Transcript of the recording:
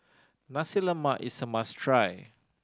Nasi Lemak is a must try